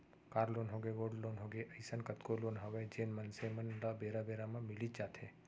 car loan होगे, gold loan होगे, अइसन कतको लोन हवय जेन मनसे मन ल बेरा बेरा म मिलीच जाथे